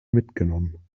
mitgenommen